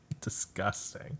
disgusting